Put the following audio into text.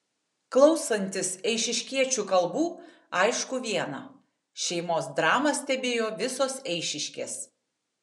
klausantis eišiškiečių kalbų aišku viena šeimos dramą stebėjo visos eišiškės